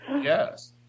Yes